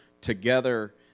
together